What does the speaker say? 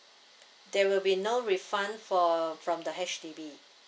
there will be no refund for from the H_D_B